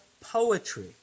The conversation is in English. poetry